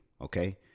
Okay